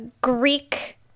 Greek